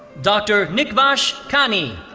dr. nickvash kani.